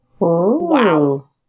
Wow